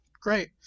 great